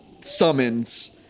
summons